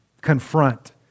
confront